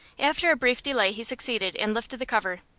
after a brief delay he succeeded, and lifted the cover.